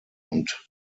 und